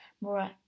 more